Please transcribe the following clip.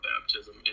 baptism